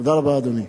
תודה רבה, אדוני.